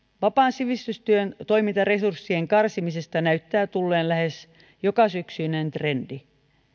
vapaan sivistystyön toimintaresurssien karsimisesta näyttää tulleen lähes jokasyksyinen trendi